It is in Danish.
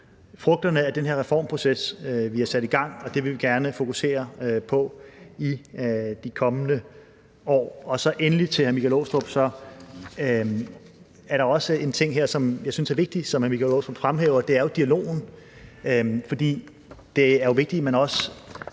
frugterne af den her reformproces, vi har sat i gang, og det vil vi gerne fokusere på i de kommende år. Endelig – til hr. Michael Aastrup Jensen – er der også en ting her, som jeg synes er vigtig, og som hr. Michael Aastrup Jensen fremhæver, og det er jo dialogen. For det er jo vigtigt, at man også